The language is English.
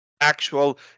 actual